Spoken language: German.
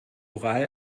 oral